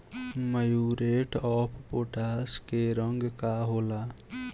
Muriate of potash के रंग का होला?